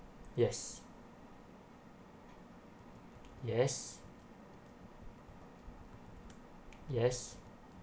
yes yes yes